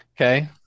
Okay